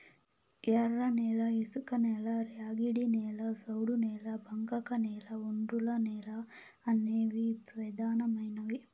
ఎర్రనేల, ఇసుకనేల, ర్యాగిడి నేల, సౌడు నేల, బంకకనేల, ఒండ్రునేల అనేవి పెదానమైనవి